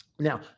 Now